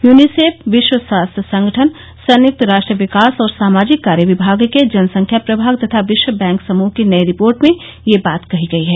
UNICEF विश्व स्वास्थ्य संगठन संयुक्त राष्ट्र विकास और सामाजिक कार्य विभाग के जनसंख्या प्रभाग तथा विश्व बैंक समृह की नई रिपोर्ट में यह बात कही गई है